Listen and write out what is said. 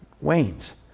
wanes